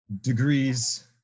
degrees